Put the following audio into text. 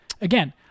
Again